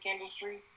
industry